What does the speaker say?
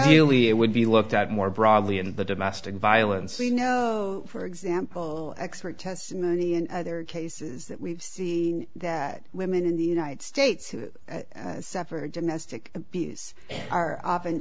lly it would be looked at more broadly in the domestic violence we know for example expert testimony and other cases that we've seen that women in the united states to separate domestic abuse are